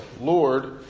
Lord